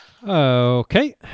Okay